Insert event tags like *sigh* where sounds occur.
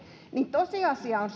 tosiasia *unintelligible*